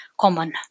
common